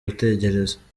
gutegereza